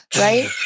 right